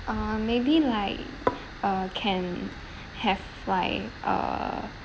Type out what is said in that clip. uh maybe like uh can have like uh